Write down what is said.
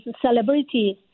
celebrities